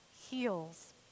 heals